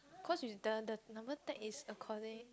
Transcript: cos she's the the number tag is according